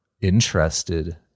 interested